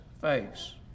face